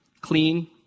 clean